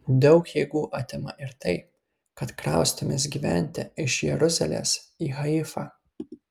daug jėgų atima ir tai kad kraustomės gyventi iš jeruzalės į haifą